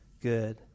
good